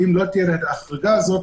אם לא תהיה ההחרגה הזאת,